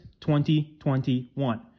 2021